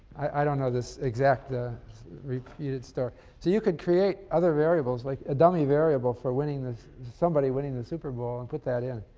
i don't know this exact repeated story so you could create other variables like a dummy variable for winning the somebody winning the super bowl and put that in.